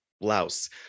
blouse